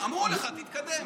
אמרו לך, תתקדם.